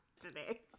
today